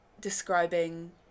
describing